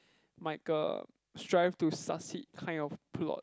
like a strive to succeed kind of plot